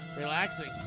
Relaxing